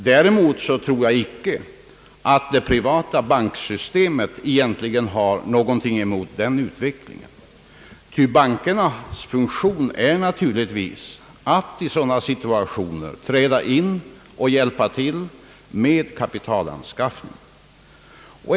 Däremot tror jag icke att det privata banksystemet har någonting emot den utvecklingen, ty bankernas funktion är naturligtvis att i en sådan situation träda in och hjälpa till med kapitalanskaffning.